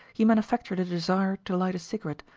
he manufactured a desire to light a cigarette,